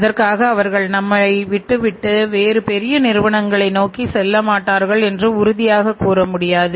அதற்காக அவர்கள் நம்மை விட்டு வேறு பெற பெரிய நிறுவனங்களை நோக்கி செல்ல மாட்டார்கள் என்று உறுதியாக கூற முடியாது